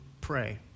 pray